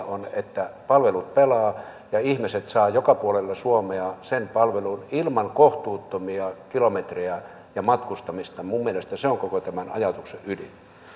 on että palvelut pelaavat ja ihmiset saavat joka puolella suomea sen palvelun ilman kohtuuttomia kilometrejä ja matkustamista minun mielestäni se on koko tämän ajatuksen ydin